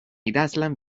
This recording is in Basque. idazlan